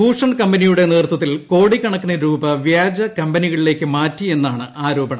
ഭൂഷൻ കമ്പനിയടെ ന്തൃത്വത്തിൽ കോടിക്കണക്കിന് രൂപ വ്യാജ കമ്പനികളിലേക്ക് മാറ്റി എന്നാണ് ആരോപണം